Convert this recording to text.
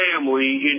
family